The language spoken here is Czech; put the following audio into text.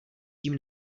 tím